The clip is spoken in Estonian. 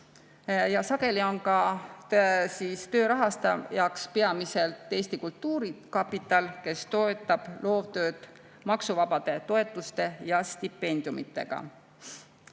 Sageli on töö rahastajaks peamiselt Eesti Kultuurkapital, kes toetab loovtööd maksuvabade toetuste ja stipendiumidega.